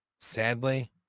Sadly